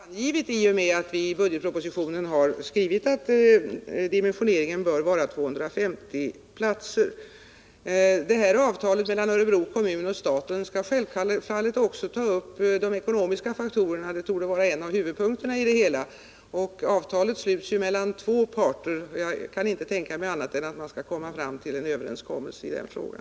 Nr 146 Herr talman! Min ambition har jag angivit i och med att vi i budgetpro Måndagen den positionen skrivit att dimensioneringen bör vara 250 platser. 19 maj 1980 Avtalet mellan Örebro kommun och staten skall självfallet också ta upp de ekonomiska faktorerna — detta torde vara en av huvudpunkterna. Avtalet sluts ju mellan två parter, och jag kan inte tänka mig annat än att man skall komma fram till en överenskommelse i frågan.